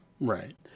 Right